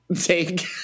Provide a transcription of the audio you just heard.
take